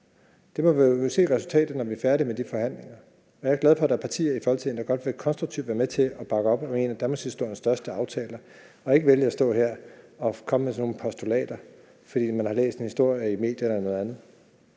Man må jo se resultatet, når vi er færdige med de forhandlinger, og jeg er glad for, at der er partier i Folketinget, der konstruktivt vil være med til at bakke op om en af danmarkshistoriens største aftaler, og at de ikke vælger at stå her og komme med sådan nogle postulater, fordi man har læst en historie i medierne eller noget andet.